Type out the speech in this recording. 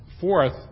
Fourth